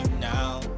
now